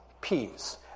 peace